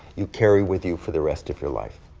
you carry with you for the rest of your life.